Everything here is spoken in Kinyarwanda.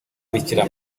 bikira